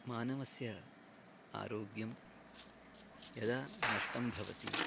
मानवस्य आरोग्यं यदा नष्टं भवति